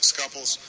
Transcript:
couples